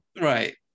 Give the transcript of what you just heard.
Right